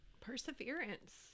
Perseverance